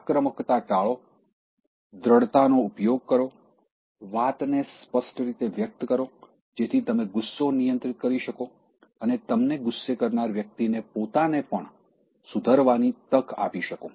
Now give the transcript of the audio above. આક્રમકતા ટાળો દ્દઢતાનો ઉપયોગ કરો વાતને સ્પષ્ટ રીતે વ્યક્ત કરો જેથી તમે ગુસ્સો નિયંત્રિત કરી શકો અને તમને ગુસ્સે કરનાર વ્યક્તિને પોતાને પણ સુધારવાની તક આપી શકો